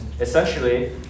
essentially